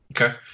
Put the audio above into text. Okay